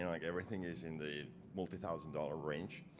and like everything is in the multi-thousand dollar range.